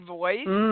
voice